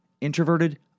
introverted